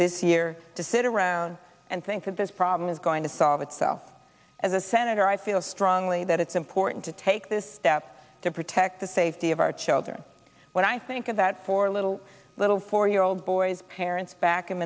this year to sit around and think that this problem is going to solve itself as a senator i feel strongly that it's important to take this step to protect the safety of our children when i think of that four little little four year old boy's parents back in